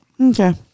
Okay